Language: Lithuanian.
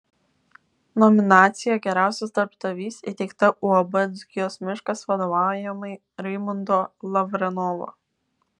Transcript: nominacija geriausias darbdavys įteikta uab dzūkijos miškas vadovaujamai raimundo lavrenovo